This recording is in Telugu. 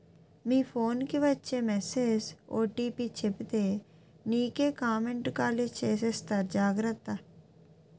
మీ ఫోన్ కి వచ్చే మెసేజ్ ఓ.టి.పి చెప్పితే నీకే కామెంటు ఖాళీ చేసేస్తారు జాగ్రత్త